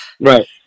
Right